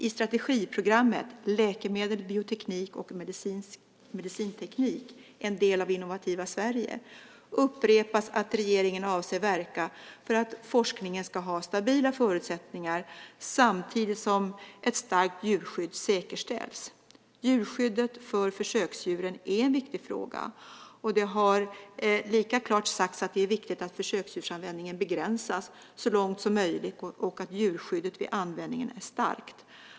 I strategiprogrammet Läkemedel, bioteknik och medicinteknik - en del av Innovativa Sverige upprepas att regeringen avser verka för att forskningen ska ha stabila förutsättningar samtidigt som ett starkt djurskydd säkerställs. Djurskyddet för försöksdjuren är en viktig fråga, och det har lika klart sagts att det är viktigt att försöksdjursanvändningen begränsas så långt som möjligt och att djurskyddet vid användningen är starkt.